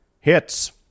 hits